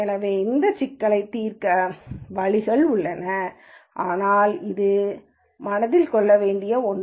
எனவே இந்த சிக்கலை தீர்க்க வழிகள் உள்ளன ஆனால் அது மனதில் கொள்ள வேண்டிய ஒன்று